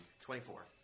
twenty-four